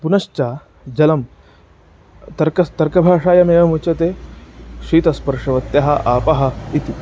पुनश्च जलं तर्क तर्कभाषायाम् एवमुच्यते शीतस्पर्शवत्यः आपः इति